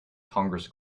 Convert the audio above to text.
congress